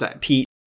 Pete